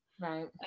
right